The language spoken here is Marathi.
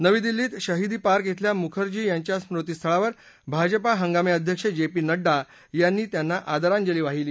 नवी दिल्लीत शहीदी पार्क बेल्या मुखर्जी यांच्या स्मृतिस्थळावर भाजपा हंगामी अध्यक्ष जे पी नङ्डा यांनी आदरांजली वाहिली